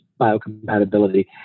biocompatibility